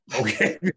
okay